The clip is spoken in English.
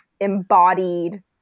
embodied